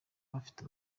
bafite